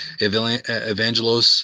Evangelos